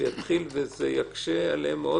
ביקשתי שתכתבו,